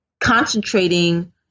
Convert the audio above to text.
concentrating